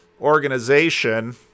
organization